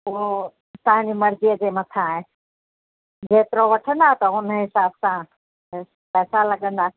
उहो तव्हांजी मर्जीअ जे मथां आहे जेतिरो वठंदा त उन हिसाब सां पैसा लॻंदा